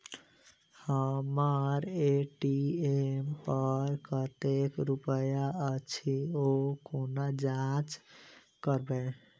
हम्मर ए.टी.एम पर कतेक रुपया अछि, ओ कोना जाँच करबै?